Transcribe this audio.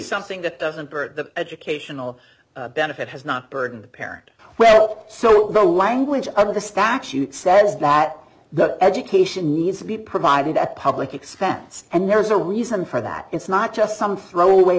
something that doesn't hurt the educational benefit has not burdened the parent well so the language of the statute says that the education needs to be provided at public expense and there's a reason for that it's not just some throwaway